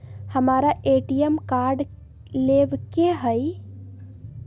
हमारा ATM card लेव के हई